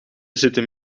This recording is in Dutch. zitten